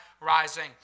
rising